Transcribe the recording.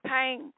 pain